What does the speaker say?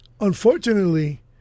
unfortunately